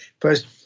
first